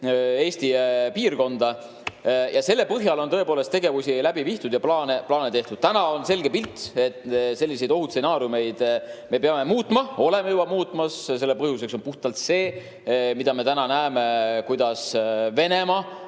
Eesti piirkonda. Selle põhjal on tõepoolest tegevusi läbi viidud ja plaane tehtud. Täna on selge pilt, et ohustsenaariume me peame muutma, me olemegi juba muutmas. Selle põhjuseks on puhtalt see, mida me täna näeme: Venemaa